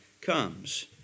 comes